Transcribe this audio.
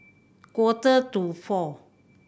quarter to four